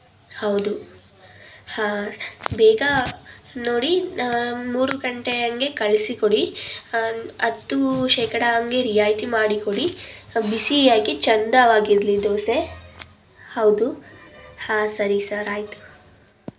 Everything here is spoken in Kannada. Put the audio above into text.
ಹೌದು ಹಾಂ ಬೇಗ ನೋಡಿ ಮೂರು ಗಂಟೆ ಹಂಗೆ ಕಳಿಸಿಕೊಡಿ ಹತ್ತು ಶೇಕಡಾ ಹಂಗೆ ರಿಯಾಯಿತಿ ಮಾಡಿಕೊಡಿ ಬಿಸಿಯಾಗಿ ಚೆಂದವಾಗಿರಲಿ ದೋಸೆ ಹೌದು ಹಾಂ ಸರಿ ಸರ್ ಆಯಿತು